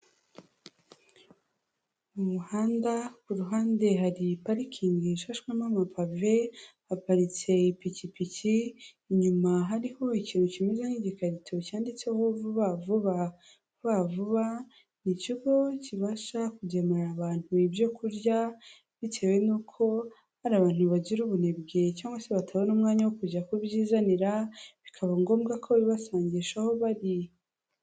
Mu muhanda ku ruhande hari parikingi ishashwemo amapave, haparitse ipikipiki, inyuma hariho ikintu kimeze nk'igikagito cyanditseho vuba vuba. Vuba vuba ni ikigo kibasha kugemurira abantu ibyo kurya, bitewe nuko hari abantu bagira ubunebwe cyangwa se batabona umwanya wo kujya kubyizanira, bikaba ngombwa ko bibasangisha aho bari.